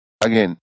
again